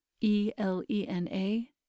E-L-E-N-A